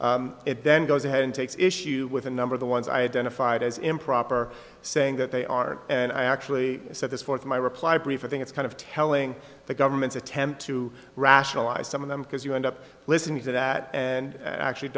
improper it then goes ahead and takes issue with a number of the ones identified as improper saying that they are and i actually said this fourth my reply brief i think it's kind of telling the government's attempt to rationalize some of them because you end up listening to that and actually